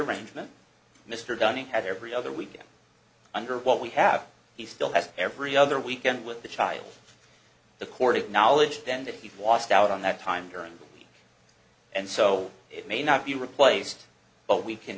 arrangement mr dunning had every other weekend under what we have he still has every other weekend with the child the court acknowledged and if you've watched out on that time during the week and so it may not be replaced but we can